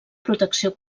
protecció